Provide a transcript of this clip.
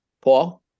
Paul